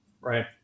Right